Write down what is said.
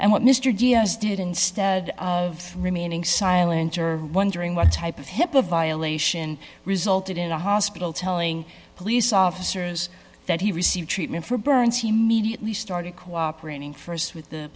and what mr diaz did instead of remaining silent or wondering what type of hipaa violation resulted in a hospital telling police officers that he received treatment for burns he mediately started cooperating st with the